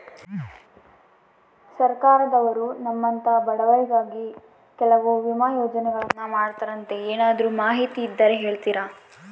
ಸರ್ಕಾರದವರು ನಮ್ಮಂಥ ಬಡವರಿಗಾಗಿ ಕೆಲವು ವಿಮಾ ಯೋಜನೆಗಳನ್ನ ಮಾಡ್ತಾರಂತೆ ಏನಾದರೂ ಮಾಹಿತಿ ಇದ್ದರೆ ಹೇಳ್ತೇರಾ?